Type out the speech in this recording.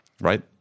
right